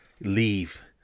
leave